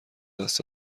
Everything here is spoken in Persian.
دست